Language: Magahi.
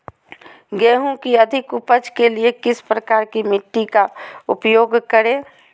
गेंहू की अधिक उपज के लिए किस प्रकार की मिट्टी का उपयोग करे?